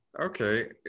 Okay